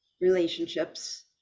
relationships